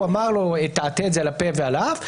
הוא אמר לו: תעטה את זה על הפה ועל האף,